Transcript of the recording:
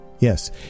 Yes